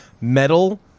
metal